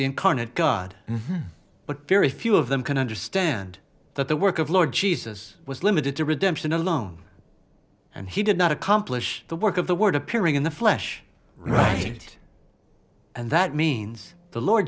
the incarnate god but very few of them can understand that the work of lord jesus was limited to redemption alone and he did not accomplish the work of the word appearing in the flesh right and that means the lord